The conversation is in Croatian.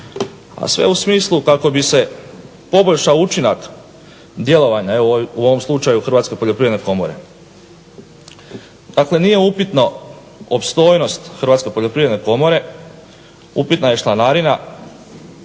a sve u smislu kako bi se poboljšao učinak djelovanja evo u ovom slučaju Hrvatske poljoprivredne komore. Dakle, nije upitno opstojnost Hrvatske poljoprivredne komore. Upitna je članarina.